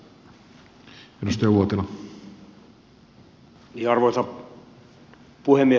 arvoisa puhemies